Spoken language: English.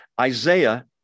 Isaiah